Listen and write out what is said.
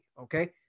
okay